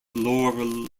laurel